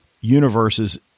universes